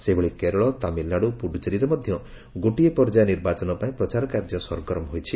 ସେହିଭଳି କେରଳ ତାମିଲନାଡୁ ପୁଡୁଚେରୀରେ ମଧ୍ୟ ଗୋଟିଏ ପର୍ଯ୍ୟାୟ ନିର୍ବାଚନ ପାଇଁ ପ୍ରଚାର କାର୍ଯ୍ୟ ସରଗରମ ହୋଇଛି